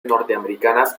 norteamericanas